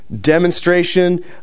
demonstration